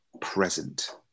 present